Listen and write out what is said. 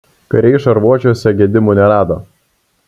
kariai šarvuočiuos gedimų nerado